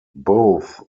both